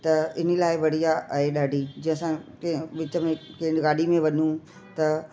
त इन्हीअ लाइ बढ़िया आहे ॾाढी जंहिंसा के विच में कंहिं गाॾी में वञू त